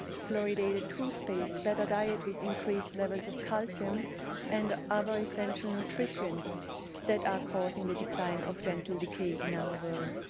fluoridated toothpaste, better diet with increased levels of calcium and other essential nutrition that are causing the decline of dental decay in our world.